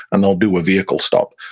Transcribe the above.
and they'll do a vehicle stop.